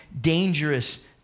dangerous